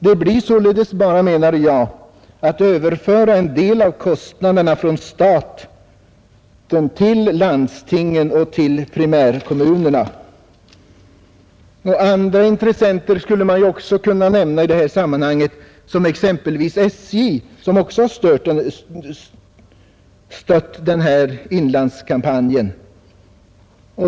Det blir således bara, menar jag, att överföra en del av kostnaderna från staten till landstingen och primärkommunerna. ASS Länna. Andra intressenter skulle kunna nämnas i detta sammanhang, exem = Bidrag till Svenska pelvis SJ som också stödjer denna kampanj.